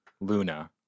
Luna